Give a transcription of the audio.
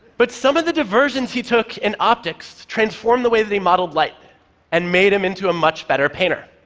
but some of the diversions he took in optics transformed the way that he modeled light and made him into a much better painter.